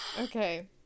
Okay